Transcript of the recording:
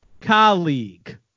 Colleague